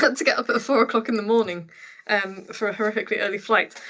but to get up at four o'clock in the morning um for a horrifically early flight.